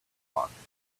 possible